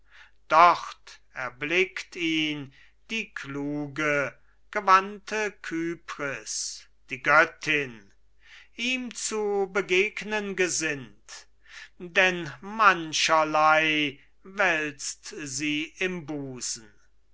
dort erblickt ihn die kluge gewandte kypris die göttin ihm zu begegnen gesinnt denn mancherlei wälzt sie im busen